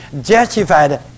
justified